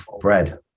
bread